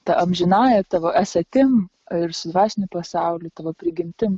ta amžinąja tavo esatim ir su dvasiniu pasauliu tavo prigimtim